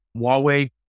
Huawei